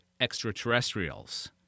extraterrestrials